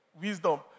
wisdom